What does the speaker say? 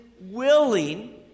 willing